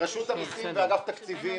שרשות המסים ואגף תקציבים